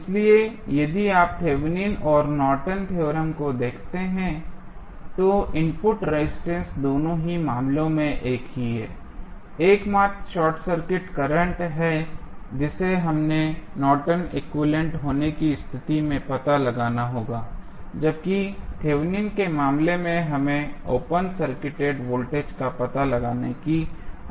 इसलिए यदि आप थेवेनिन और नॉर्टन थ्योरम Nortons Theorem देखते हैं तो इनपुट रेजिस्टेंस दोनों ही मामलों में एक ही है एकमात्र शॉर्ट सर्किट करंट है जिसे हमें नॉर्टन एक्विवैलेन्ट Nortons equivalent होने की स्थिति में पता लगाना होगा जबकि थेवेनिन के मामले में हमें ओपन सर्किटेड वोल्टेज का पता लगाने की आवश्यकता है